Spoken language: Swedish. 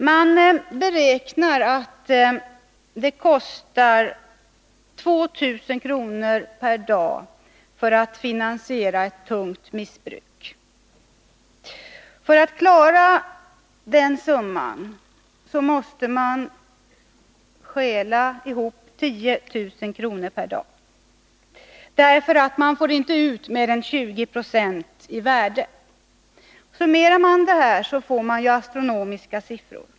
Man beräknar att det kostar 2 000 kr. per dag att finansiera ett tungt missbruk. För att få ihop den summan måste man stjäla ihop för 10 000 kr. per dag, eftersom man inte får ut mer än 20 20 av det stulnas värde. Summerar man detta kommer man upp i astronomiska siffror.